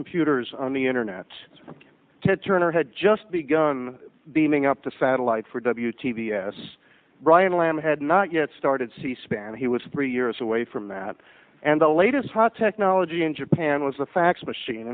computers on the internet ted turner had just begun beaming up the fattah light for w t v s brian lamb had not yet started c span and he was three years away from that and the latest hot technology in japan was the fax machine